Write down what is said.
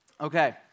Okay